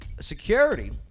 Security